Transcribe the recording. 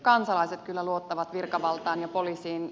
kansalaiset kyllä luottavat virkavaltaan ja poliisiin